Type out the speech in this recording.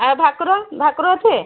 ଆଉ ଭାକୁର ଭାକୁର ଅଛି